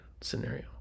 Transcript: scenario